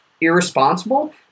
irresponsible